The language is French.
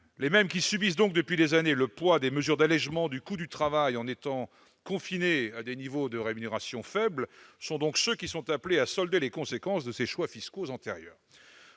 Les mêmes qui subissent depuis des années le poids des mesures d'allégement du coût du travail en étant confinés à des niveaux de rémunération faibles sont donc appelés à solder les conséquences de ces choix fiscaux antérieurs.